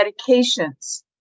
medications